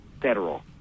federal